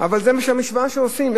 אבל זו המשוואה שעושים.